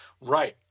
Right